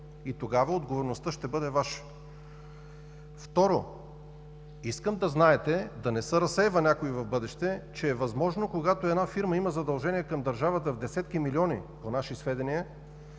и тогава отговорността ще бъде Ваша. Второ, искам да знаете, да не се разсейва някой в бъдеще, че е възможно, когато една фирма има задължение към държавата в десетки милиони, по наши сведения,